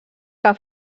que